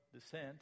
descent